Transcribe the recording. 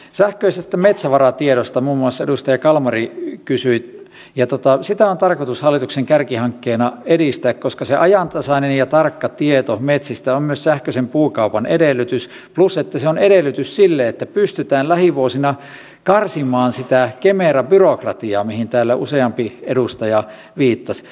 sähköisestä metsävaratiedosta muun muassa edustaja kalmari kysyi ja sitä on tarkoitus hallituksen kärkihankkeena edistää koska ajantasainen ja tarkka tieto metsistä on myös sähköisen puukaupan edellytys plus että se on edellytys sille että pystytään lähivuosina karsimaan sitä kemera byrokratiaa mihin täällä useampi edustaja viittasi